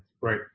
Right